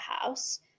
house